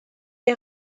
les